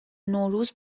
نوروز